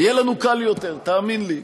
יהיה לנו קל יותר, תאמין לי.